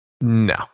no